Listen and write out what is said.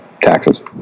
taxes